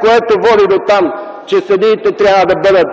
което води до там, че съдиите трябва да бъдат